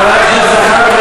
חבר הכנסת זחאלקה,